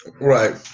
Right